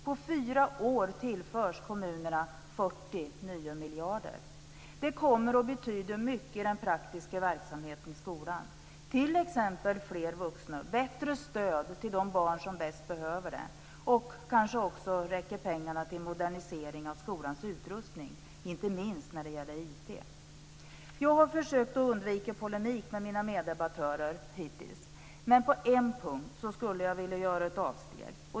På fyra år tillförs kommunerna 40 nya miljarder. Det kommer att betyda mycket för den praktiska verksamheten i skolan, t.ex. fler vuxna och bättre stöd till de barn som bäst behöver det. Kanske räcker också pengarna till en modernisering av skolans utrustning, inte minst när det gäller IT. Jag har hittills försökt att undvika polemik med mina meddebattörer, men på en punkt vill jag göra ett avsteg.